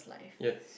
yes